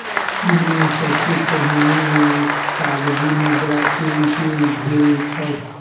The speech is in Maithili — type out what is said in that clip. चीन में सबसे पहिने कागज़ी मुद्रा के उपयोग भेल छल